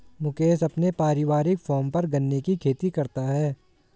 मुकेश अपने पारिवारिक फॉर्म पर गन्ने की खेती करता है